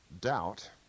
doubt